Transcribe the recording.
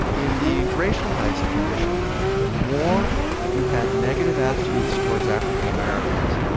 in the racialized condition, the more you had negative attitudes towards african-americans,